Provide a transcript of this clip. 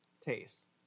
Taste